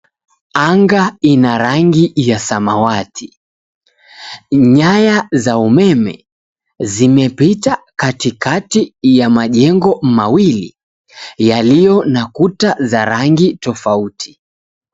Anga ina rangi ya samawati. Nyaya za umeme, zimepitata katikati ya majengo mawili yaliyo na kuta za rangi tofauti.